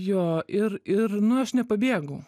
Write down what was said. jo ir ir nu aš nepabėgau